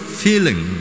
feeling